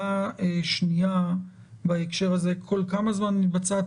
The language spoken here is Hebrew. כל שבוע.